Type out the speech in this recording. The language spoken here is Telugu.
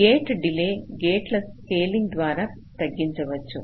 గేటు డిలే గేట్ల స్కేలింగ్ ద్వారా తగ్గించవచ్చు